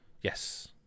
Yes